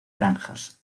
granjas